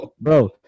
bro